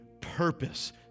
purpose